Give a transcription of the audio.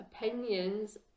opinions